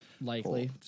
likely